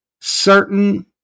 certain